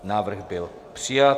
Návrh byl přijat.